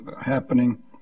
happening